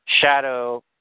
shadow